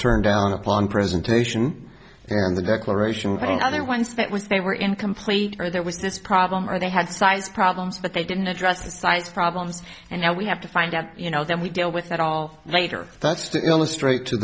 turned down upon presentation and the declaration and other once that was they were incomplete or there was this problem or they have size problems but they didn't address the size problems and now we have to find out you know that we deal with that all later that's to illustrate to